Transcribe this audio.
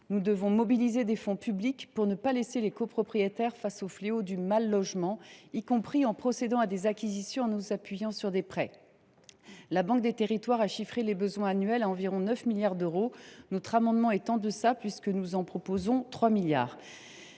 Nous devons mobiliser des fonds publics pour ne pas laisser les copropriétaires face au fléau du mal logement, y compris en procédant à des acquisitions s’appuyant sur des prêts. La Banque des territoires a chiffré les besoins annuels à environ 9 milliards d’euros. Notre amendement est en deçà de ce montant, puisqu’il vise